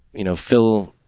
you know, phil,